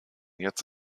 jetzt